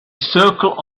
circle